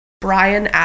Brian